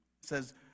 says